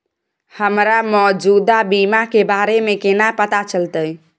हमरा मौजूदा बीमा के बारे में केना पता चलते?